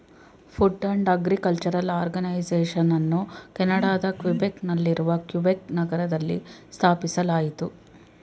food and agriculture ಆರ್ಗನೈಸೇಷನನ್ನು ಕೆನಡಾದ Quebec ನಲ್ಲಿರುವ ಕ್ಯುಬೆಕ್ ನಗರದಲ್ಲಿ ಸ್ಥಾಪಿಸಲಾಯಿತು